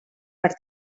per